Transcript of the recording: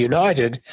United